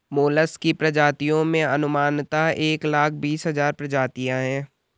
mollusc की प्रजातियों में अनुमानतः एक लाख बीस हज़ार प्रजातियां है